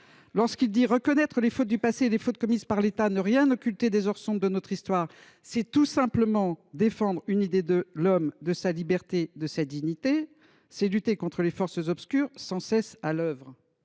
proclamait :« Reconnaître les fautes du passé, et les fautes commises par l’État, ne rien occulter des heures sombres de notre histoire, c’est tout simplement défendre une idée de l’homme, de sa liberté et de sa dignité. C’est lutter contre les forces obscures, sans cesse à l’œuvre.